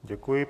Děkuji.